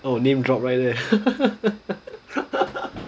oh name drop right there